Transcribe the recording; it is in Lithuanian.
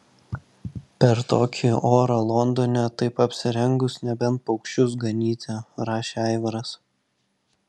per tokį orą londone taip apsirengus nebent paukščius ganyti rašė aivaras